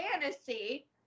fantasy